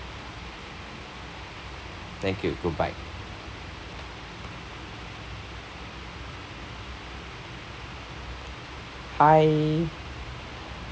thank you good bye hi